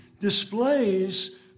displays